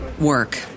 work